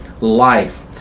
life